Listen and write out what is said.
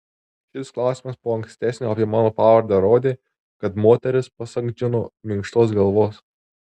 šis klausimas po ankstesnio apie mano pavardę rodė kad moteris pasak džino minkštos galvos